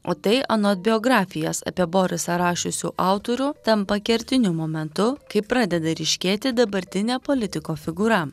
o tai anot biografijas apie borisą rašiusių autorių tampa kertiniu momentu kai pradeda ryškėti dabartinė politiko figūra